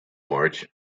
march